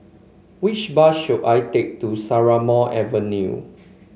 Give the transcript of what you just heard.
which bus should I take to Strathmore Avenue